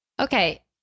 Okay